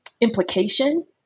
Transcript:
implication